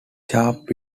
sharp